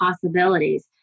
possibilities